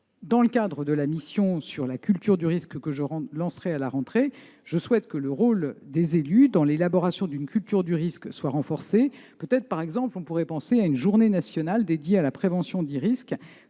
Dans le cadre de la mission sur la culture du risque que je lancerai à la rentrée, je souhaite que le rôle des élus dans l'élaboration d'une culture du risque soit renforcé. On pourrait peut-être organiser une journée nationale dédiée à la prévention des risques,